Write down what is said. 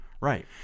Right